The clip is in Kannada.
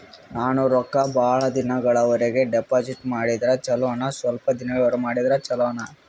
ನಾನು ರೊಕ್ಕ ಬಹಳ ದಿನಗಳವರೆಗೆ ಡಿಪಾಜಿಟ್ ಮಾಡಿದ್ರ ಚೊಲೋನ ಸ್ವಲ್ಪ ದಿನಗಳವರೆಗೆ ಮಾಡಿದ್ರಾ ಚೊಲೋನ?